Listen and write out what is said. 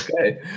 Okay